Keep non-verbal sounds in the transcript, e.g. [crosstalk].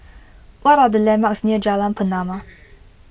what are the landmarks near Jalan Pernama [noise]